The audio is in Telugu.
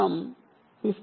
4k 15